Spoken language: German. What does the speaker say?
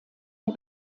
der